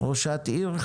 ראשת עיר,